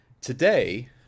Today